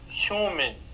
human